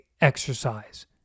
exercise